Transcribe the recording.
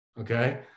okay